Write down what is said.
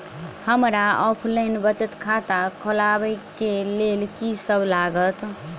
हमरा ऑफलाइन बचत खाता खोलाबै केँ लेल की सब लागत?